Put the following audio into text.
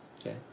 Okay